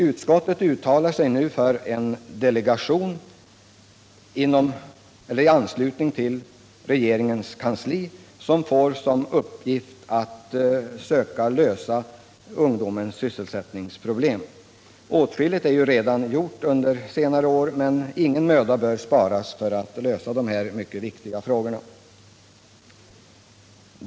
Utskottet uttalar sig nu för en delegation i anslutning till regeringens kansli, vilken får till uppgift att söka lösa ungdomens sysselsättningsproblem. Åtskilligt är ju redan gjort under senare år, men ingen möda bör sparas för att lösa de här mycket viktiga frågorna.